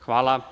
Hvala.